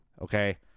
okay